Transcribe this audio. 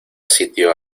sitio